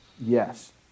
Yes